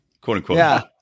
quote-unquote